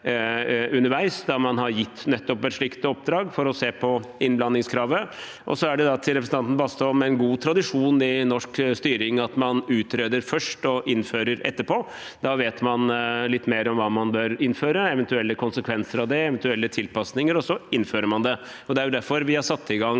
underveis, da man nettopp har gitt et slikt oppdrag for å se på innblandingskravet. Til representanten Bastholm: Det er en god tradisjon i norsk styring at man utreder først og innfører etterpå. Da vet man litt mer om hva man bør innføre, eventuelle konsekvenser og tilpasninger – og så innfører man det. Det er derfor vi har satt i gang